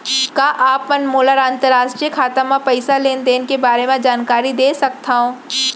का आप मन मोला अंतरराष्ट्रीय खाता म पइसा लेन देन के बारे म जानकारी दे सकथव?